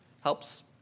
Helps